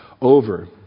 over